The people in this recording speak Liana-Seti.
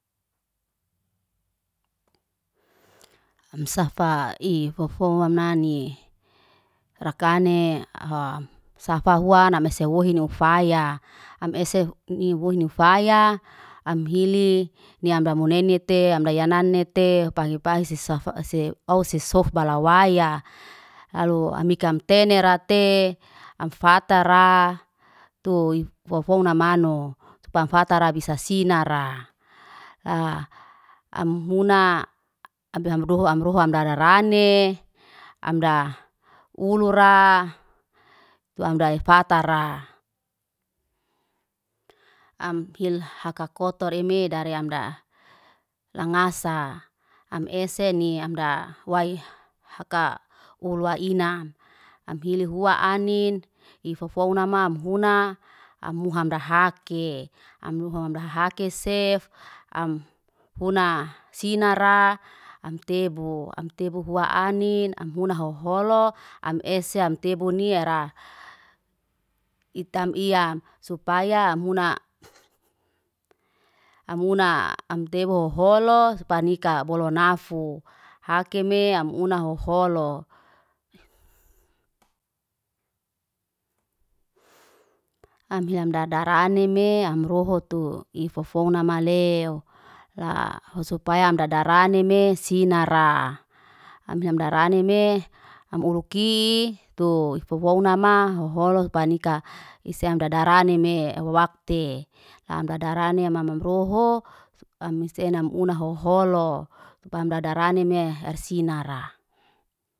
am safa ih fofo am nani. Rakane hom safa huan am mesewohi nyufaya, am ese hu < wohi nyufaya am hili ni amba monenete amda yanane te pangi pangsiste safa sofa walawaya, kalo amikem tenerate am fatara tuif fofona mano. Supam fatara bisa sinara am muna amdodo amrdara rane, amda ulura tua amdafatara. Am hil haka kotoreme dari amda langasa. Am ese ni amda wai haka ulwa inam. Am hili hua anin, ifa fou nama am huna, am muha amdahake. Amdahake sef, am funa. Sinara am tebu, amtebu hua anin, am huna hoholo, am ese amtebo niara. Itam iyam supaya amhuna. amhuna amtebu hoholot suapay nikaa bolo nafuk. Hakeme amhuna hoholo am hili am dadara anime amrohoto ifafona maleo. La supaya am dadaraneme sinara, am hil amdaraneme am uruki tu fofouna hoholo panika isem am dadaraneme awakte. Amdadarani amam amroho, am mistena am huna hoholo. Amdadarani me ar sinara.